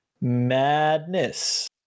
Madness